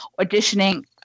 auditioning